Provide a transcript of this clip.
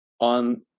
on